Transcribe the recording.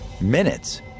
Minutes